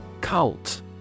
Cult